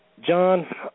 John